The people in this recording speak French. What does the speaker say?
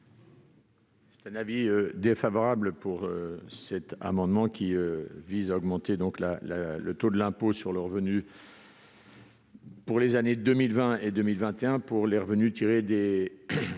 est l'avis de la commission ? Cet amendement vise à augmenter le taux de l'impôt sur le revenu pour les années 2020 et 2021 pour les revenus tirés des